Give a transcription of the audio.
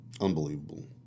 unbelievable